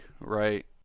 right